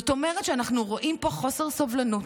זאת אומרת, אנחנו רואים פה חוסר סובלנות.